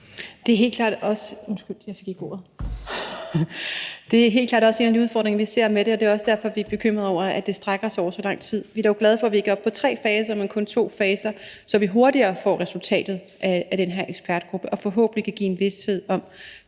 Det er helt klart også en af de udfordringer, vi ser ved det, og det er også derfor, vi er bekymrede over, at det strækker sig over så lang tid. Vi er dog glade for, at vi ikke er oppe på tre faser, men kun to faser, så vi hurtigere får resultatet af den her ekspertgruppe og forhåbentlig kan give en vished om,